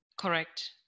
Correct